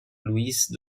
luiz